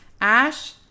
ash